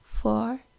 four